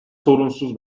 sorunsuz